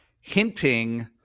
hinting